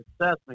success